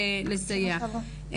אני אשמח לבדוק את זה.